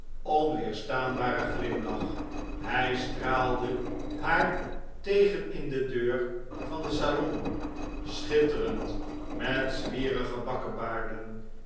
onweerstaanbaren glimlach hij straalde haar tegen in de deur van het salon schitterend met